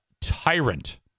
tyrant